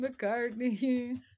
McCartney